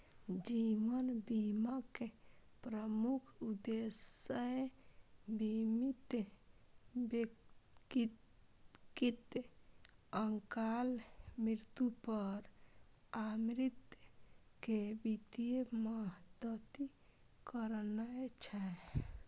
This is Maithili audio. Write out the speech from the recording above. जीवन बीमाक प्रमुख उद्देश्य बीमित व्यक्तिक अकाल मृत्यु पर आश्रित कें वित्तीय मदति करनाय छै